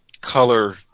color